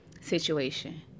situation